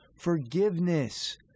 Forgiveness